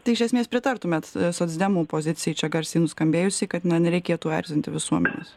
tai iš esmės pritartumėt socdemų pozicijai čia garsiai nuskambėjusiai kad na nereikėtų erzinti visuomenės